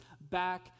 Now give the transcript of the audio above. back